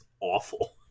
awful